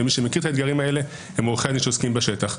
ומי שמכיר את האתגרים האלה הם עורכי הדין שעוסקים בשטח.